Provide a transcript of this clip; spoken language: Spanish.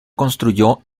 construyó